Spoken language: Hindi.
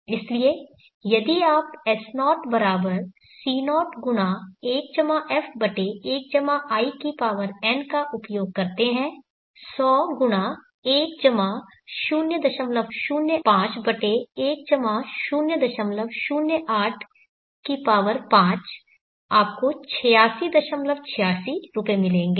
इसलिए यदि आप S0C0×1 f1 in का उपयोग करते हैं 1001 0051 0085 आपको 8686 रुपये मिलेंगे